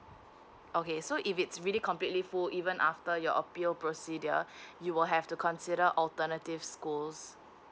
okay so if it's really completely full even after your appeal procedure you will have to consider alternative schools